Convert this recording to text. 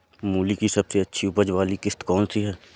मूली की सबसे अच्छी उपज वाली किश्त कौन सी है?